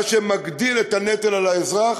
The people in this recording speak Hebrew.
וזה מה שמגדיל את הנטל על האזרח.